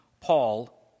Paul